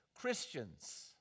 Christians